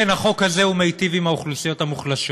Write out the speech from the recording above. כן, החוק הזה מיטיב עם האוכלוסיות המוחלשות,